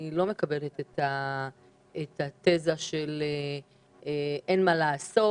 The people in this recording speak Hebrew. אני לא מקבלת את התיזה שאין מה לעשות,